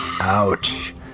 Ouch